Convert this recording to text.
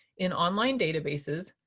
in online databases,